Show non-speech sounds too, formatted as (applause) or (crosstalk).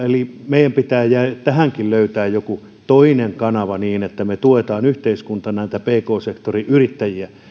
(unintelligible) eli meidän pitää tähänkin löytää joku toinen kanava niin että me tuemme yhteiskuntana niitä pk sektorin yrittäjiä